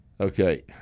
okay